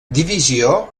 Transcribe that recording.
divisió